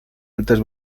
altas